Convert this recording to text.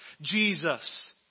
Jesus